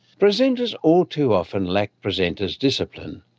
presenters all too often lack presenters' discipline.